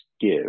give